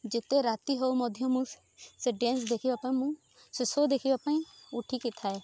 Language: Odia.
ଯେତେ ରାତି ହେଉ ମଧ୍ୟ ମୁଁ ସେ ଡ୍ୟାନ୍ସ ଦେଖିବା ପାଇଁ ମୁଁ ସେ ଶୋ ଦେଖିବା ପାଇଁ ଉଠିକି ଥାଏ